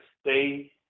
stay